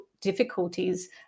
difficulties